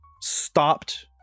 stopped